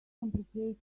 complicated